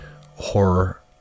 horror